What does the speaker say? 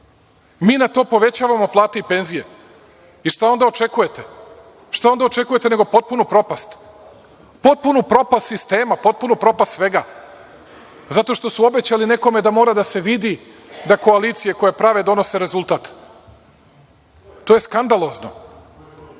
Mi na to povećavamo plate i penzije i šta onda očekujete, šta onda očekujete, nego potpunu propast. Potpunu propast sistema, potpunu propast sistema, potpunu propast svega zato što su obećali nekome da mora da se vidi da koalicije koje prave donose rezultat. To je skandalozno,